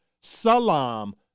Salam